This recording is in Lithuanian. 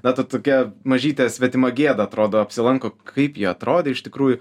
na ta tokia mažytė svetima gėda atrodo apsilanko kaip jie atrodė iš tikrųjų